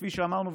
כפי שאמרנו,